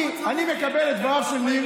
אני מקבל את דבריו של ניר.